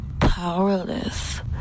powerless